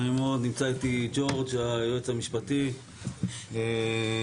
נמצא איתי ג'ורג' היועץ המשפטי ונציגים